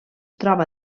troba